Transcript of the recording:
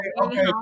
okay